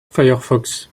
firefox